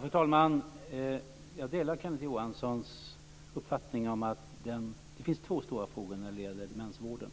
Fru talman! Jag delar Kenneth Johanssons uppfattning. Det finns två stora frågor när det gäller demensvården.